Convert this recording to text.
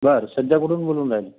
बरं सध्या कुठून बोलून राहिले